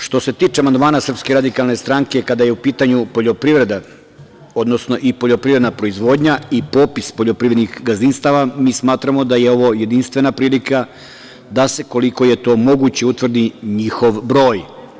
Što se tiče amandmana SRS kada je u pitanju poljoprivreda, odnosno i poljoprivredna proizvodnja i popis poljoprivrednih gazdinstava, mi smatramo da je ovo jedinstvena prilika da se koliko je to moguće utvrdi njihov broj.